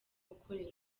ukorera